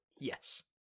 Yes